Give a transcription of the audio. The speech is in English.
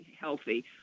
healthy